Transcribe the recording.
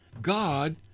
God